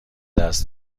است